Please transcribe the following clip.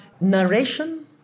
narration